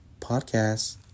podcast